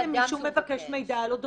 רק על מי שהוא מבקש מידע אודותיו.